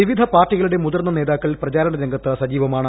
വിവിധ പാർട്ടികളുടെ മുതിർന്ന നേതാക്കൾ പ്രചാരണ രംഗത്ത് സജീവമാണ്